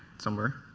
somewhere.